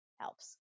helps